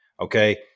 Okay